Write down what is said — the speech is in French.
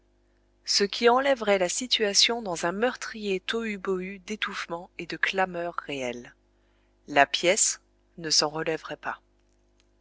ce qui enlèverait la situation dans un meurtrier tohu-bohu d'étouffement et de clameurs réelles la pièce ne s'en relèverait pas